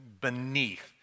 beneath